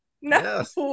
Yes